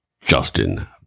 Justin